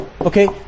Okay